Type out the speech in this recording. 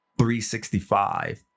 365